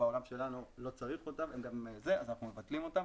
ובעולם שלנו לא צריך אותן ואנחנו מבטלים אותן.